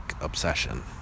obsession